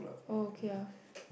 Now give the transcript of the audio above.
oh okay lah